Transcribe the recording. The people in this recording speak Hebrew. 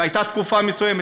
הייתה תקופה מסוימת,